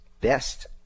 best